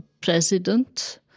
president